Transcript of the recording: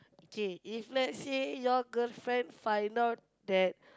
K if let's say your girlfriend find out that